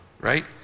right